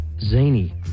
Zany